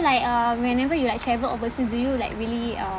like uh whenever you like travel overseas do you like really uh